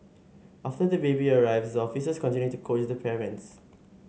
after the baby arrives the officers continue to coach the parents